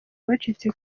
abacitse